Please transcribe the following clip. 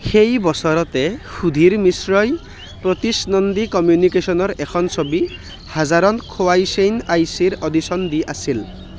সেই বছৰতে সুধীৰ মিশ্ৰই প্ৰতীশ নন্দী কমিউনিকেচনৰ এখন ছবি হাজাৰণ খোৱাইশ্বেইন আইছিৰ অডিচন দি আছিল